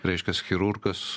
reiškias chirurgas